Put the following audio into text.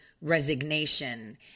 resignation